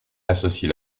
associe